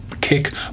kick